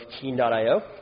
Keen.io